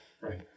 Right